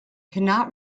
cannot